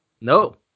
No